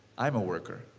i'm a worker.